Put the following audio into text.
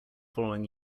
following